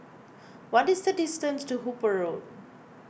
what is the distance to Hooper Road